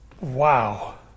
Wow